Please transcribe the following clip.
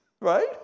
right